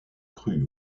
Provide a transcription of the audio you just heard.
crue